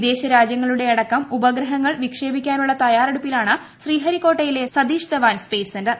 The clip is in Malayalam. വിദേശരാജ്യങ്ങളിലടക്കം ഉപഗ്രഹങ്ങൾ വിക്ഷേപിക്കാനുള്ള തയ്യാറെടുപ്പിലാണ് ശ്രീഹരിക്കോട്ടയിലെ സതീഷ്ധവാൻ സ്പേസ് സെന്റർ